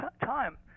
time